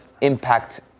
impact